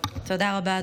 תודה רבה,